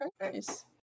Nice